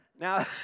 Now